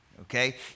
okay